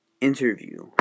Interview